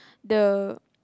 the